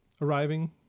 arriving